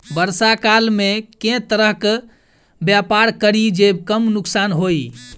वर्षा काल मे केँ तरहक व्यापार करि जे कम नुकसान होइ?